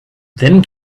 then